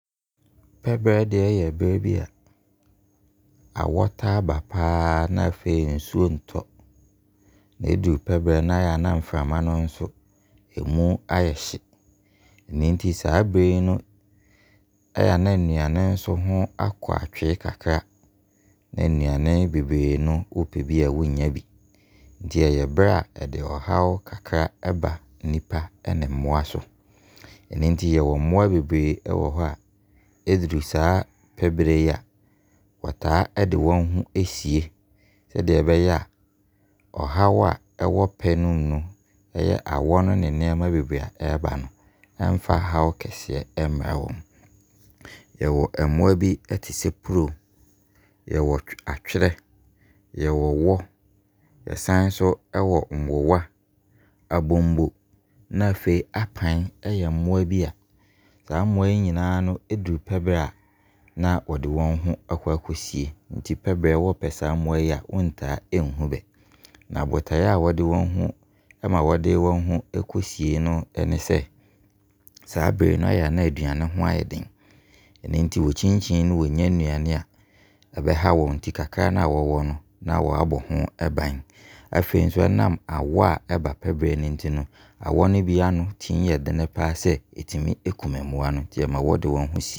Pɛ berɛ, yɛ berɛ bi a awɔ taa ba paa ara na afei nsuo ntɔ. Ɛduru pɛ berɛ a, ɛyɛ a, na mframa no nso mu ayɛ hye. Ɛno nti saa berɛ yi no ɛyɛ a na nnuane nso ɛho akɔ atwee kakra. Nnuane bebree no wo pɛ bi a, ɛyɛ a wo nnya bi. Nti ɛyɛ berɛ a, ɛde ɔhaw kakra ɛba nipa ne mmoa so. Ɛno nti yɛwɔ mmoa bebree wɔ hɔ a, ɛduru saa pɛ berɛ yi a, wɔtaa ɛde wɔn ho ɛsie sɛdeɛ ɛbɛyɛ a, ɔhaw a ɛwɔ pɛ no mu no, awɔ ɛne nnoɔma bebree aba no mfa haw keseɛ mmerɛ wɔn. Yɛwɔ mmoa bi te sɛ Puruo, yɛwɔ Atwerɛ, yɛwɔ Wɔ, yɛsane nso ɛwɔ Nwowa, Abommo, na afei Apan. Ɛyɛ mmoa bi a, saa mmoa yi nyinaa ɛduru pɛ berɛ a na wɔde wɔn ho akɔ akɔ sie. Nti ɛduru pɛ berɛ, wo pɛ saa mmoa yi a, wɔnhunu bi. Na botaeɛ ɛma wɔde wɔn ho kɔsie ne sɛ, saa berɛ no ɛyɛ a na aduane ho ayɛ den. Ɛno nti wɔkyinkyini na wɔnnya nnuane a ɛbɛha wɔn nti kakra na bɛwɔ no na baabɔ no ho ban. Afei nso, ɛnam awɔ aba pɛ berɛ no nti no, awɔ bi ano tumi yɛ den paa de kɔsi sɛ ɛtumi ku mmoa no. Nti ɛma wɔde bɛho sie.